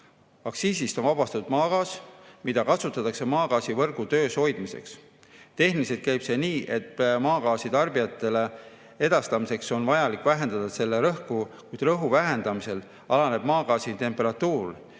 Aktsiisist on vabastatud maagaas, mida kasutatakse maagaasivõrgu töös hoidmiseks. Tehniliselt käib see nii, et maagaasi tarbijatele edastamiseks on vaja vähendada selle rõhku. Kuid rõhu vähendamisel alaneb maagaasi temperatuur